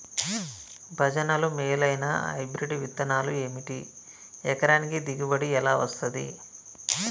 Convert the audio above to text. భజనలు మేలైనా హైబ్రిడ్ విత్తనాలు ఏమిటి? ఎకరానికి దిగుబడి ఎలా వస్తది?